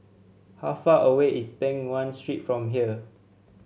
how far away is Peng Nguan Street from here